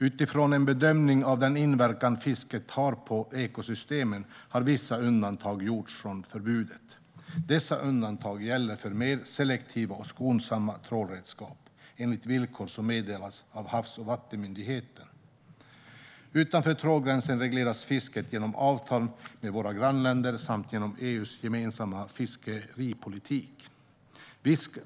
Utifrån en bedömning av den inverkan fisket har på ekosystemen har vissa undantag gjorts från förbudet. Dessa undantag gäller för mer selektiva och skonsamma trålredskap, enligt villkor som meddelas av Havs och vattenmyndigheten. Utanför trålgränsen regleras fisket genom avtal med våra grannländer samt genom EU:s gemensamma fiskeripolitik.